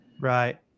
Right